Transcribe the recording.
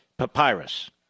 papyrus